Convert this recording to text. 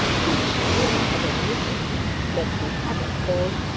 could she even have admitted that he had a fault,